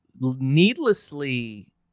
needlessly